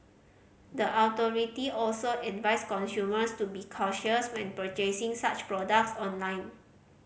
the authority also advised consumers to be cautious when purchasing such products online